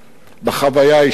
בחוויה האישית שלי,